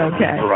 Okay